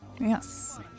Yes